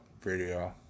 video